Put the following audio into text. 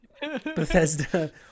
Bethesda